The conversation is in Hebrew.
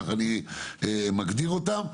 כך אני מגדיר אותם,